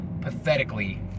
pathetically